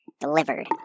delivered